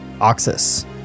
Oxus